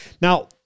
Now